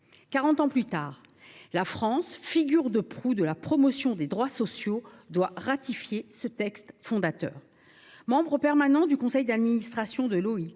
ans plus tard, la France, figure de proue de la promotion des droits sociaux, doit ratifier ce texte fondateur. Membre permanent du conseil d’administration de l’OIT